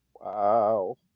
wow